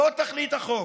זו תכלית החוק,